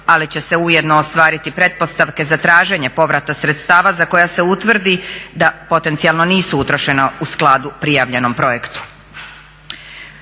ali će se ujedno ostvariti pretpostavke za traženje povrata sredstava za koja se utvrdi da potencijalno nisu utrošena u skladu prijavljenom projektu.